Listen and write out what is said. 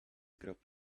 group